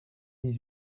dix